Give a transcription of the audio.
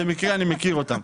במקרה אני מכיר אותם.